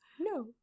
No